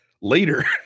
later